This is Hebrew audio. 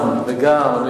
גם וגם.